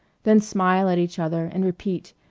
then smile at each other and repeat,